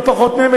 לא פחות מהם,